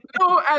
No